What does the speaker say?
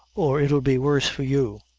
or it'll be worse for you.